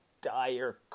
dire